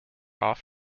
off